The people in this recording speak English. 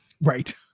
right